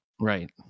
Right